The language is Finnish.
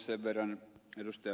sen verran ed